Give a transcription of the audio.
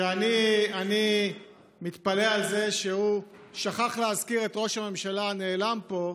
שאני מתפלא על זה שהוא שכח להזכיר את ראש הממשלה הנעלם פה,